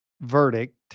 verdict